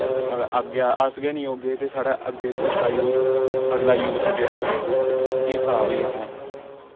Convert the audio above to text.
अग्गैं अस गै नी होगे ते साढ़ै अग्गैं पिछला यूछ अगला यूथ ऐ जेह्ड़ा एह् खराब होई जाना ऐ